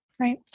Right